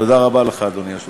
תודה רבה לך, אדוני היושב-ראש.